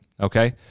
okay